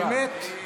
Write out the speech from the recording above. אמת.